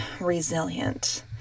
resilient